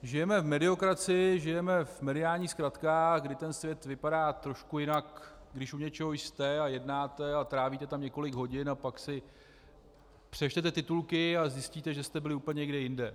Žijeme v mediokracii, žijeme v mediálních zkratkách, kdy ten svět vypadá trošku jinak, když u něčeho jste a jednáte a trávíte tam několik hodin, a pak si přečtete titulky a zjistíte, že jste byli úplně někde jinde.